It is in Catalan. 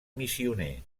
missioner